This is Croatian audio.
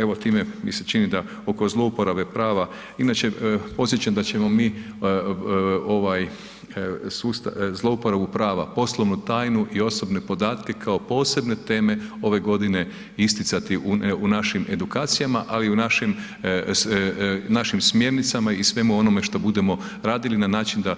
Evo time mi se čini ono zlouporabe prave, inače osjećam da ćemo mi ovaj sustav, zlouporabu prava, poslovnu tajnu i osobne podatke kao posebne teme ove godine isticati u našim edukacijama, ali i u našim smjernicama i svemu onome što budemo radili na način da